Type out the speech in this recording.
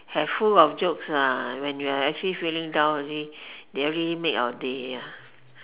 have full of jokes ah when you're actually feeling down only they already make your day ya